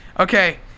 Okay